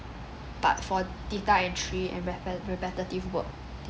but for data entry and repe~ repetitive work